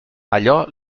allò